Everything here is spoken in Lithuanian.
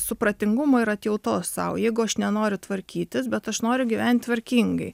supratingumo ir atjautos sau jeigu aš nenoriu tvarkytis bet aš noriu gyvent tvarkingai